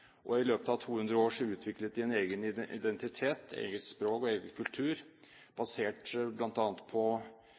I løpet av 200 år utviklet de en egen identitet, et eget språk og en egen kultur basert bl.a. på